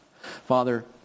Father